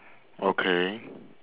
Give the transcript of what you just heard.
okay